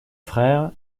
frère